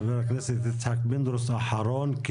חבר הכנסת יצחק פינדרוס אחרון.